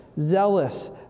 zealous